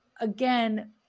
again